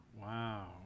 Wow